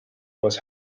was